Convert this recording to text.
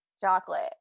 Chocolate